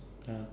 ya